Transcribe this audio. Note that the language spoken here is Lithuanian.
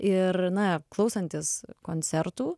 ir na klausantis koncertų